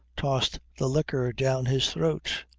tossed the liquor down his throat.